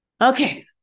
okay